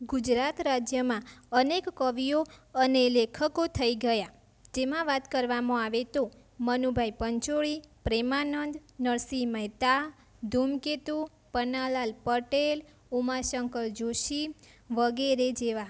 ગુજરાત રાજ્યમાં અનેક કવિઓ અને લેખકો થઈ ગયા જેમાં વાત કરવામાં આવે તો મનુભાઈ પંચોળી પ્રેમાનંદ નરસિંહ મેહતા ધુમકેતૂ પન્નાલાલ પટેલ ઉમાશંકર જોશી વગેરે જેવા